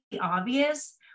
obvious